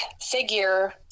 figure